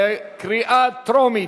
בקריאה טרומית.